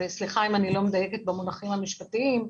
וסליחה אם אני לא מדייקת במונחים המשפטיים,